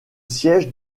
siège